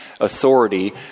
authority